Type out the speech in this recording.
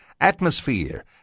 atmosphere